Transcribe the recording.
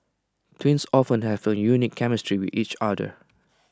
twins often have A unique chemistry with each other